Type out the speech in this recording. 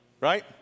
right